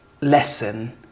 lesson